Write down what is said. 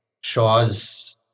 Shaw's